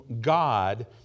God